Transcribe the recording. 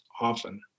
often